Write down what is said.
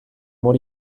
what